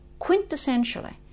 quintessentially